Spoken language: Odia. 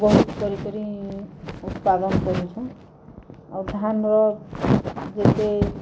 ବହୁତ୍ କରି କରି ଉତ୍ପାଦନ୍ କରୁଛୁଁ ଆଉ ଧାନ୍ର ଯେତେ